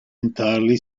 entirely